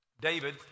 David